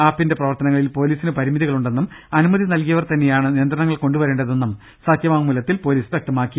ആപ്പിന്റെ പ്രവർത്തനങ്ങളിൽ പൊലീസിന് പരിമിതികളുണ്ടെന്നും അനുമതി നൽകിയവർ തന്നെയാണ് നിയന്ത്രണങ്ങൾ കൊണ്ടുവരേണ്ടതെന്നും സത്യവാങ്മൂലത്തിൽ പോലീസ് വൃക്തമാക്കി